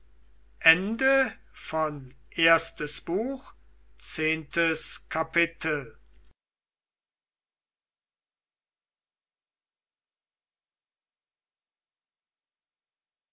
erstes buch erstes kapitel